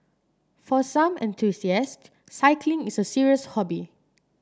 for some enthusiast cycling is a serious hobby